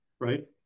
right